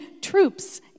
troops